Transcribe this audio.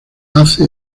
hace